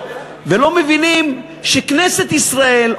ולא מבינים שכנסת ישראל,